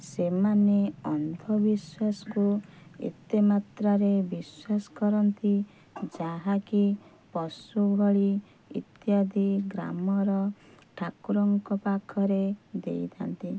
ସେମାନେ ଅନ୍ଧବିଶ୍ୱାସକୁ ଏତେମାତ୍ରାରେ ବିଶ୍ଵାସ କରନ୍ତି ଯାହାକି ପଶୁଭଳି ଇତ୍ୟାଦି ଗ୍ରାମର ଠାକୁରଙ୍କ ପାଖରେ ଦେଇଥାନ୍ତି